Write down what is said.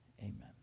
amen